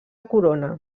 corona